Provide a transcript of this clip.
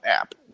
app